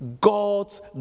God's